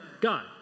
God